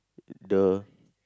the